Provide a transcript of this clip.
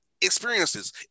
experiences